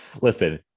listen